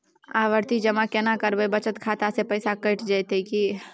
आवर्ति जमा केना करबे बचत खाता से पैसा कैट जेतै की?